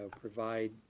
provide